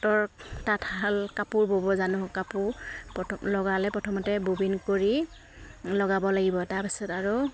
তৰ তাঁতশাল কাপোৰ বব জানো কাপোৰ প্ৰথম লগালে প্ৰথমতে ববিন কৰি লগাব লাগিব তাৰ পিছত আৰু